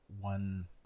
one